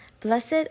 Blessed